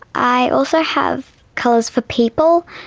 i also have colours for people.